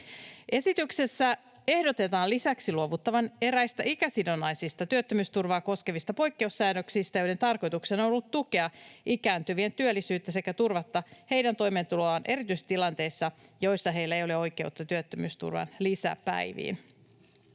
Esityksessä ehdotetaan lisäksi luovuttavan eräistä ikäsidonnaisista työttömyysturvaa koskevista poikkeussäännöksistä, joiden tarkoituksena on ollut tukea ikääntyvien työllisyyttä sekä turvata heidän toimeentuloaan erityisesti tilanteissa, joissa heillä ei ole oikeutta työttömyysturvan lisäpäiviin.